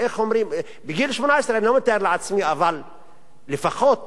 בגיל 18 אני לא מתאר לעצמי, אבל לפחות